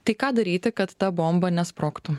tai ką daryti kad ta bomba nesprogtų